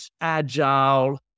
agile